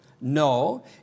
No